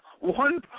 One